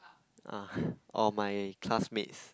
uh or my classmates